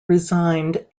resigned